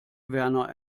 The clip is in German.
werner